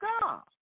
God